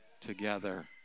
Together